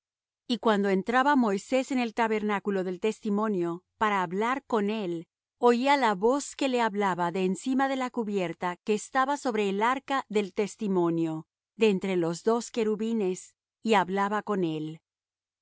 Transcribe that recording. y cuando entraba moisés en el tabernáculo del testimonio para hablar con el oía la voz que le hablaba de encima de la cubierta que estaba sobre el arca del testimonio de entre los dos querubines y hablaba con él